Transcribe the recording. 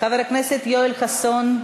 חבר הכנסת יואל חסון.